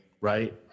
right